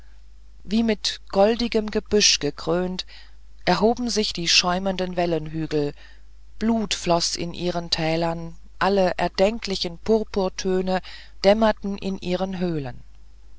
wie mit goldigem gebüsch gekrönt erhoben sich die schäumenden wellenhügel blut floß in ihren tälern alle erdenklichen purpurtöne dämmerten in ihren höhlen